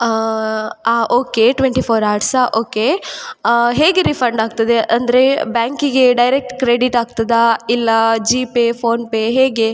ಹಾಂ okay twenty four ಆರ್ಸಾ okay ಹೇಗೆ ರಿಫಂಡ್ ಆಗ್ತದೆ ಅಂದರೆ ಬ್ಯಾಂಕಿಗೆ ಡೈರೆಕ್ಟ್ ಕ್ರೆಡಿಟ್ ಆಗ್ತದ ಇಲ್ಲ ಜಿ ಪೇ ಫೋನ್ ಪೇ ಹೇಗೆ